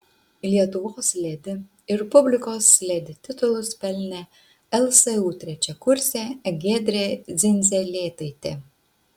lietuvos ledi ir publikos ledi titulus pelnė lsu trečiakursė giedrė dzindzelėtaitė